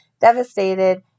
devastated